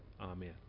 amen